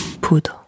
poudre